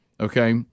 Okay